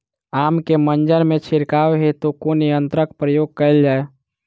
आम केँ मंजर मे छिड़काव हेतु कुन यंत्रक प्रयोग कैल जाय?